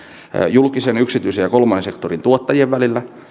julkisen yksityisen ja kolmannen sektorin tuottajien välillä